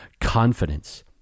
confidence